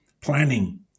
planning